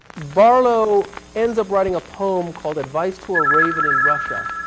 barlow ends up writing a poem called advice to a raven in russia.